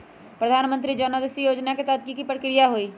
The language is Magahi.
प्रधानमंत्री जन औषधि योजना के तहत की की प्रक्रिया होई?